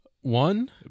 one